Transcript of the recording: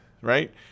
Right